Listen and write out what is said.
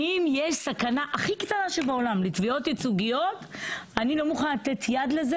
אם יש סכנה הכי קטנה שבעולם לתביעות ייצוגיות אני לא מוכנה לתת יד לזה